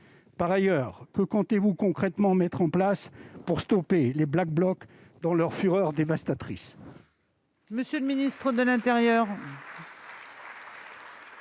Par ailleurs, que comptez-vous concrètement mettre en place pour arrêter les Black Blocs dans leur fureur dévastatrice ?